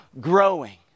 growing